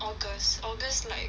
august august like